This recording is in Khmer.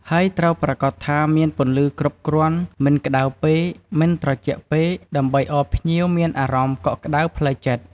ហើយត្រូវប្រាកដថាមានពន្លឺគ្រប់គ្រាន់ មិនក្តៅពេក មិនត្រជាក់ពេក ដើម្បីឱ្យភ្ញៀវមានអារម្មណ៍កក់ក្តៅផ្លូវចិត្ត។